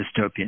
dystopian